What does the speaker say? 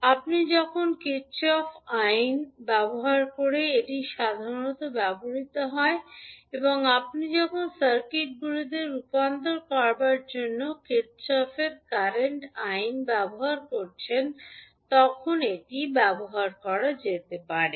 আপনি যখন Kirchhoff voltage আইন ব্যবহার করছেন এটি সাধারণত ব্যবহৃত হয় এবং আপনি যখন সার্কিটগুলিকে রূপান্তর করার জন্য কির্ফোফের কারেন্ট আইন ব্যবহার করছেন তখন এটি ব্যবহার করা যেতে পারে